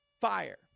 fire